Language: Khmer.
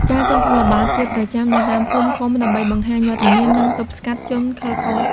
ការចុះល្បាតជាប្រចាំនៅតាមភូមិ ឃុំ ដើម្បីបង្ហាញវត្តមាន និងទប់ស្កាត់ជនខិលខូច។